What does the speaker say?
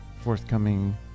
forthcoming